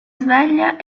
sveglia